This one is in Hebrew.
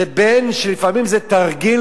לבין זה שלפעמים זה תרגיל,